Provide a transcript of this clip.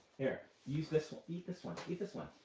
here, use this. eat this one. eat this one.